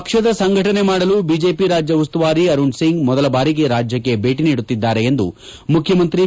ಪಕ್ಷದ ಸಂಘಟನೆ ಮಾಡಲು ಬಿಜೆಪಿ ರಾಜ್ಯ ಉಸ್ತುವಾರಿ ಅರುಣ್ಸಿಂಗ್ ಮೊದಲ ಬಾರಿಗೆ ರಾಜ್ಯಕ್ಕೆ ಭೇಟಿ ನೀಡುತ್ತಿದ್ದಾರೆ ಎಂದು ಮುಖ್ಯಮಂತ್ರಿ ಬಿ